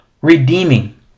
redeeming